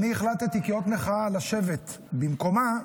אני החלטתי כאות מחאה לשבת במקומה,